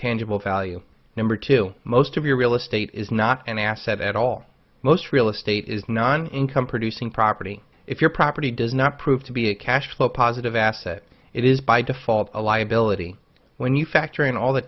tangible value number two most of your real estate is not an asset at all most real estate is non income producing property if your property does not prove to be a cash flow positive asset it is by default a liability when you factor in all the